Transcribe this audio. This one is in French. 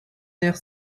nerf